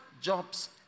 jobs